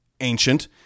ancient